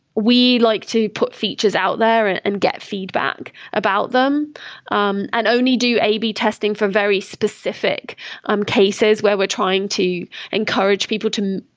we like to put features out there and get feedback about them um and only do your a b testing for very specific um cases where we're trying to encourage people to